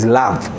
love